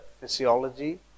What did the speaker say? physiology